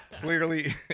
Clearly